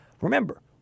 remember